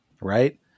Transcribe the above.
Right